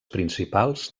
principals